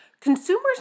consumers